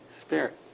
Spirit